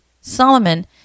Solomon